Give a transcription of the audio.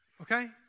okay